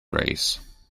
rays